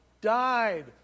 died